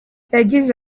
yagize